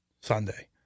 Sunday